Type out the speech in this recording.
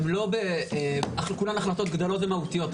הן לא כולן החלטות גדולות ומהותיות.